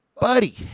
buddy